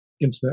internet